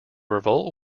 revolt